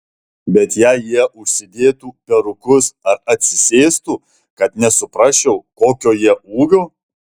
bet jei jie užsidėtų perukus ar atsisėstų kad nesuprasčiau kokio jie ūgio